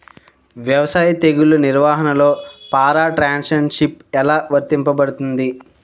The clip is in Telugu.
వ్యవసాయ తెగుళ్ల నిర్వహణలో పారాట్రాన్స్జెనిసిస్ఎ లా వర్తించబడుతుంది?